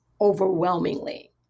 overwhelmingly